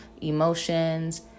emotions